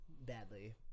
Badly